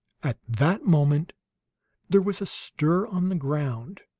at that moment there was a stir on the ground.